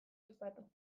ospatu